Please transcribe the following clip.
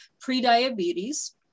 pre-diabetes